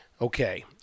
Okay